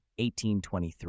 1823